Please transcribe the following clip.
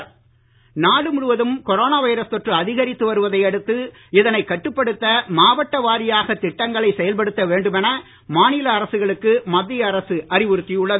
கொரோனாமத்தியஅரசு நாடு முழுவதும் corona virus தொற்று அதிகரித்து வருவதையடுத்து இதனை கட்டுப்படுத்த மாவட்ட வாரியாக திட்டங்களை செயல்படுத்த வேண்டும் என மாநில அரசுகளுக்கு மத்திய அரசு அறிவுறுத்தியுள்ளது